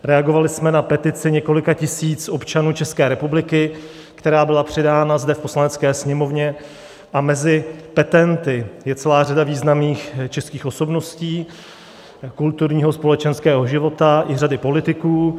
Reagovali jsme na petici několika tisíc občanů České republiky, která byla předána zde v Poslanecké sněmovně, a mezi petenty je celá řada významných českých osobností kulturního, společenského života i řada politiků.